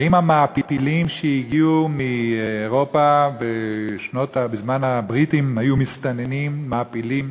האם המעפילים שהגיעו מאירופה בזמן הבריטים היו מסתננים מעפילים?